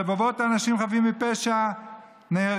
רבבות אנשים חפים מפשע נהרגו